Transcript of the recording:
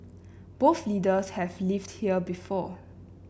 both leaders have lived here before